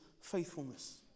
faithfulness